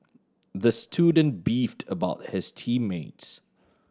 the student beefed about his team mates